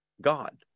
God